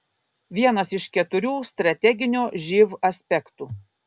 vienas iš keturių strateginio živ aspektų